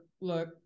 look